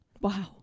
Wow